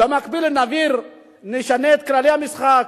במקביל נשנה את כללי המשחק,